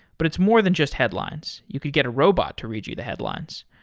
but it's more than just headlines. you could get a robot to read you the headlines.